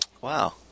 Wow